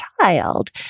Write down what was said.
child